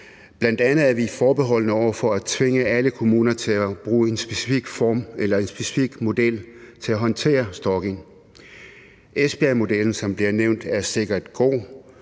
Bl.a. er vi forbeholdne over for at tvinge alle kommuner til at bruge en specifik model til at håndtere stalking. Esbjergmodellen, som bliver nævnt, er sikkert god,